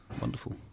Wonderful